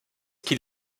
qu’il